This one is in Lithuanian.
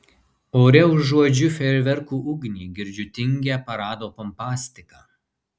ore užuodžiu fejerverkų ugnį girdžiu tingią parado pompastiką